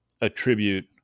attribute